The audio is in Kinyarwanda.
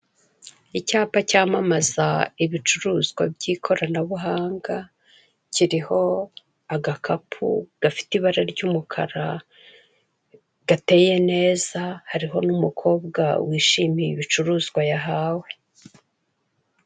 Icyapa cyamamaza ibicuruzwa by'ikoranabuhanga, kiriho agakapu gafite ibara ry'umukara, gateye neza, hariho n'umukobwa wishimiye ibicuruzwa yahawe.